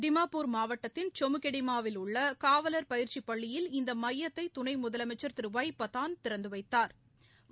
திமாப்பூர் மாவட்டத்தின் சுமோகெடிமா வில் உள்ள காவல் பயிற்சி பள்ளியில் இந்த மையத்தை துணை முதலமைச்சர் திரு ஒய் பாட்டோன் திறந்து வைத்தாா்